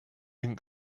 ink